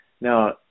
Now